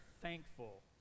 thankful